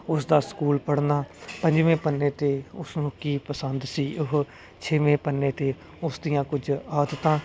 ਉਸ ਦਾ ਸਕੂਲ ਪੜ੍ਹਨਾ ਪੰਜਵੇਂ ਪੰਨੇ ਤੇ ਉਸਨੂੰ ਕੀ ਪਸੰਦ ਸੀ ਉਹ ਛੇਵੇਂ ਪੰਨੇ ਤੇ ਉਸਦੀਆਂ ਕੁਝ ਆਦਤਾਂ